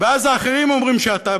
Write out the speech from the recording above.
ואז האחרים אומרים שאתה,